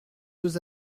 deux